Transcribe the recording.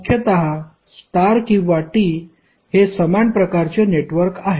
मुख्यतः स्टार किंवा T हे समान प्रकारचे नेटवर्क आहेत